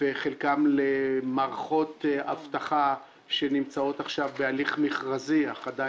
חלקם למערכות אבטחה שנמצאות עכשיו בהליך מכרזי אך אין